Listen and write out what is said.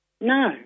no